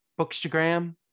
bookstagram